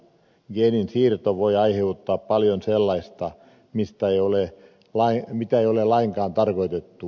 geenin siirto voi aiheuttaa paljon sellaista mitä ei ole lainkaan tarkoitettu